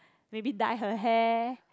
maybe dye her hair